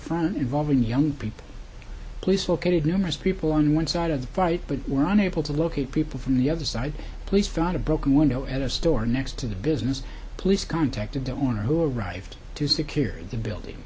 front involving young people police located numerous people on one side of the fight but were unable to locate people from the other side police found a broken window at a store next to the business police contacted the owner who arrived to secure the building